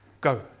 Go